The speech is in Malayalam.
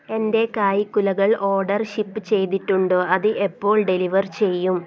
എന്റെ കായ്ക്കുലകൾ ഓർഡർ ഷിപ്പ് ചെയ്തിട്ടുണ്ടോ അത് എപ്പോൾ ഡെലിവർ ചെയ്യും